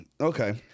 Okay